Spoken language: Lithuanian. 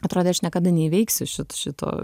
atrodė aš niekada neįveiksiu šit šito